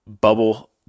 bubble